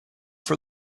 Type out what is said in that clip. for